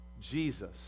Jesus